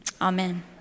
Amen